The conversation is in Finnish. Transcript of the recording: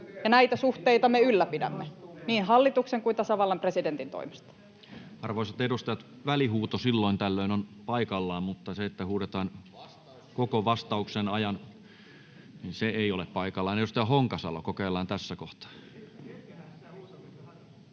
näitä suhteita me ylläpidämme niin hallituksen kuin tasavallan presidentin toimesta. Arvoisat edustajat! Välihuuto silloin tällöin on paikallaan, mutta se, että huudetaan koko vastauksen ajan, ei ole paikallaan. — Edustaja Honkasalo, kokeillaan tässä kohtaa.